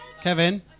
Kevin